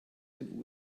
den